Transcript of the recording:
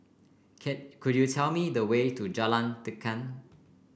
could you tell me the way to Jalan Tekad